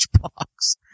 box